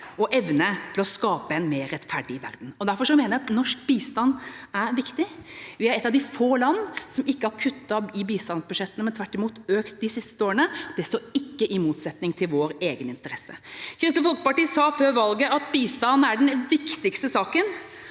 og evne til å skape en mer rettferdig verden. Derfor mener jeg at norsk bistand er viktig. Vi er et av de få land som ikke har kuttet i bistandsbudsjettene, men som tvert imot har økt dem de siste årene. Det står ikke i motsetning til vår egeninteresse. Kristelig Folkeparti sa før valget at bistand er den viktigste saken.